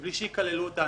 בלי שיקללו אותנו.